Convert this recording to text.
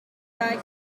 guy